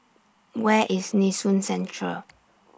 Where IS Nee Soon Central